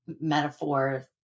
metaphor